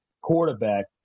Quarterback